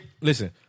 listen